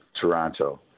Toronto